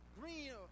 green